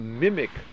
mimic